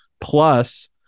plus